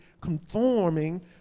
conforming